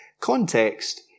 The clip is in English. context